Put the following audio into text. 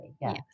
Yes